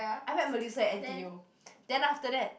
I met Melissa at n_t_u then after that